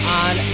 on